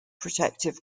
protective